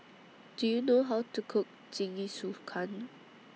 Do YOU know How to Cook Jingisukan